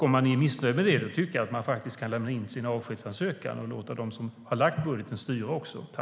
Om man är missnöjd med det tycker jag att man kan lämna in sin avskedsansökan och låta dem som har lagt fram budgeten styra.